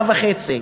עבדתי פה שנה וחצי.